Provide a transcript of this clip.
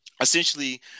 essentially